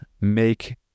make